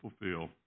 fulfill